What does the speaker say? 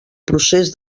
procés